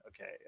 Okay